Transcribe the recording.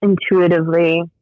intuitively